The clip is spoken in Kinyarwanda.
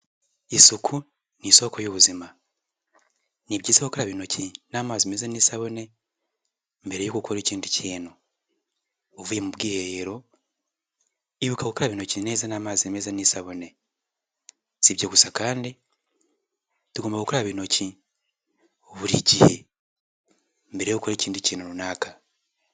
Isuku ni isoko y'ubuzima ni byiza gukaraba intoki n'amazi meza n'isabune, mbere y'uko ukora ikindi kintu uvuye mu bwiherero ibuka gukaba intoki neza n'amazi meza n'isabune, si ibyo gusa kandi tugomba gukaraba intoki buri gihe mbere yo gukora ikindi kintu runaka.